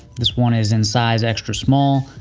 this one is in size extra small.